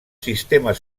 sistemes